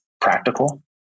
practical